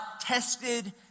tested